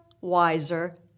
wiser